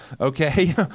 okay